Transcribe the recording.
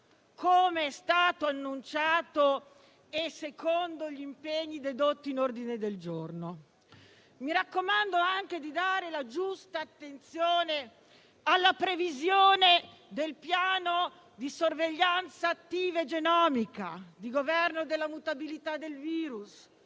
com'è stato annunciato e secondo gli impegni dedotti nell'ordine del giorno. Mi raccomando anche di dare la giusta attenzione alla previsione del piano di sorveglianza attiva e genomica, di governo della mutabilità del virus,